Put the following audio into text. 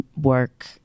work